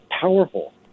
powerful